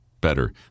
Better